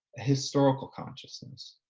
historical consciousness,